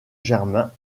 germain